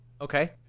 Okay